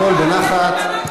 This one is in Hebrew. הכול בנחת.